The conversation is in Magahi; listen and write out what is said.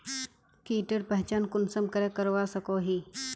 कीटेर पहचान कुंसम करे करवा सको ही?